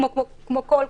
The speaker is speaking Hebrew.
כמו כל קנס,